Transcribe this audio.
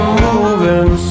moving